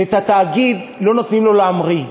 ואת התאגיד, לא נותנים לו להמריא,